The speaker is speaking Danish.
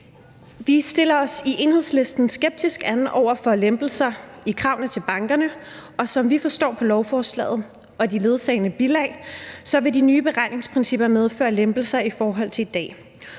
Vi stiller os i Enhedslisten skeptisk an over for lempelser i kravene til bankerne, og som vi forstår på lovforslaget og de ledsagende bilag, vil de nye beregningsprincipper medføre lempelser i forhold til i dag.